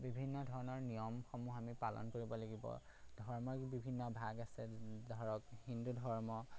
বিভিন্ন ধৰণৰ নিয়মসমূহ আমি পালন কৰিব লাগিব ধৰ্ম বিভিন্ন ভাগ আছে ধৰক হিন্দু ধৰ্ম